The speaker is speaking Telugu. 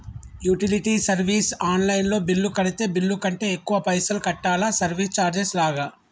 యుటిలిటీ సర్వీస్ ఆన్ లైన్ లో బిల్లు కడితే బిల్లు కంటే ఎక్కువ పైసల్ కట్టాలా సర్వీస్ చార్జెస్ లాగా?